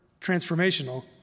transformational